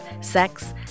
sex